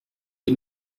des